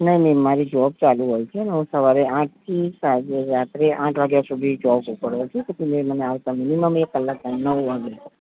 નહીં ન મારી જોબ ચાલુ હોય છે હું સવારે આઠથી સાંજે રાત્રે આઠ વાગ્યા સુધી જોબ ઉપર હોવ છું પછી મેમ મને આવતા મિનિમમ એક કલાક થાય નવ વાગે